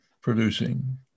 producing